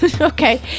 Okay